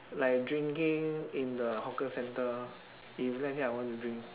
like drinking in the hawker centre if let's say I want to drink